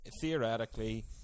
theoretically